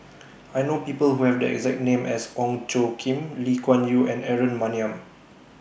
I know People Who Have The exact name as Ong Tjoe Kim Lee Kuan Yew and Aaron Maniam